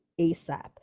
asap